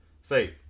safe